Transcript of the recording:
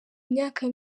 imyaka